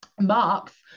Marx